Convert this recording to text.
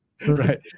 Right